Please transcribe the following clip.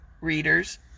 readers